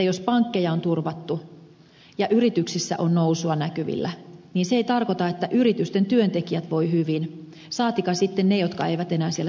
jos pankkeja on turvattu ja yrityksissä on nousua näkyvillä niin se ei tarkoita että yritysten työntekijät voivat hyvin saatikka sitten ne jotka eivät enää siellä töissä saa olla